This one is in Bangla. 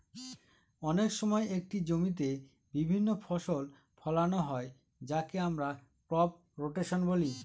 অনেক সময় একটি জমিতে বিভিন্ন ফসল ফোলানো হয় যাকে আমরা ক্রপ রোটেশন বলি